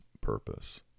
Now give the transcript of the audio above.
purpose